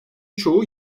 çoğu